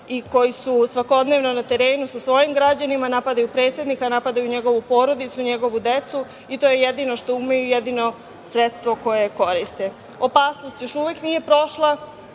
i koji su svakodnevno na terenu sa svojim građanima, napadaju predsednika, napadaju njegovu porodicu, njegovu decu i to je jedino što umeju i jedino sredstvo koje koriste. Opasnost još uvek nije prošla.